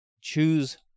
Choose